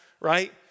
right